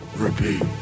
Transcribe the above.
repeat